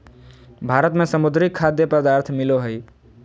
भारत में समुद्री खाद्य पदार्थ मिलो हइ